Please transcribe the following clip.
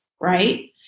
right